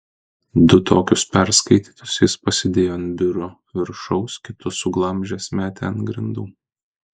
du tokius perskaitytus jis pasidėjo ant biuro viršaus kitus suglamžęs metė ant grindų